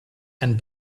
and